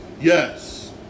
Yes